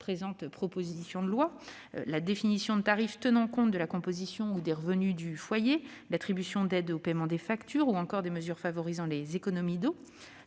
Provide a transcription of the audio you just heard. présente proposition de loi, comme la définition de tarifs tenant compte de la composition ou des revenus du foyer, l'attribution d'aides au paiement des factures, ou encore des mesures favorisant les économies d'eau.